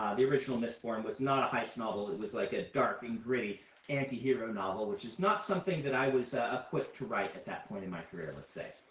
the original mistborn was not a heist novel. it was like a dark and gritty anti-hero novel, which is not something that i was equipped to write at that point in my career, let's say.